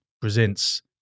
presents